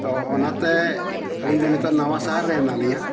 ᱛᱚ ᱚᱱᱟᱛᱮ ᱟᱹᱞᱤᱧ ᱫᱚ ᱱᱤᱛᱳᱜ ᱱᱟᱣᱟ ᱥᱟᱦᱟᱨ ᱨᱮ ᱦᱮᱱᱟᱜ ᱞᱤᱧᱟᱹ